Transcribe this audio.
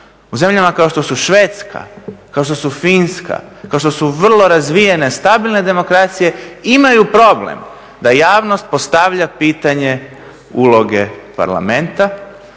u zemljama kao što su Švedska, kao što su Finska, kao što su vrlo razvijene stabilne demokracije, imaju problem da javnost postavlja pitanje uloge parlamenta,